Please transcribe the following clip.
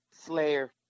Slayer